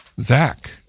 zach